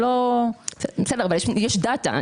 אבל יש דאטה.